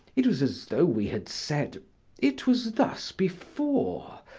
it was as though we had said it was thus before,